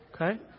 okay